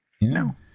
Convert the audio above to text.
No